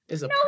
No